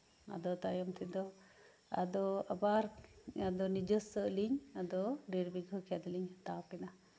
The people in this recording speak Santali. ᱟᱫᱚ ᱛᱟᱭᱚᱢ ᱛᱮᱫᱚ ᱟᱫᱚ ᱟᱵᱟᱨ ᱱᱤᱡᱮᱥᱥᱚ ᱟᱹᱞᱤᱧ ᱰᱮᱲ ᱵᱤᱜᱷᱟᱹ ᱠᱷᱮᱛ ᱞᱤᱧ ᱦᱟᱛᱟᱣ ᱠᱮᱫᱟ